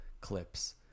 clips